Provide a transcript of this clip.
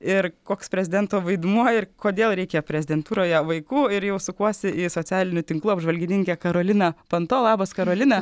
ir koks prezidento vaidmuo ir kodėl reikia prezidentūroje vaikų ir jau sukuosi į socialinių tinklų apžvalgininkę karolina panto labas karolina